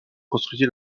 construisit